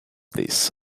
this